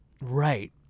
Right